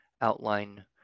outline